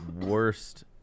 worst